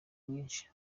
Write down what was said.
rwinshi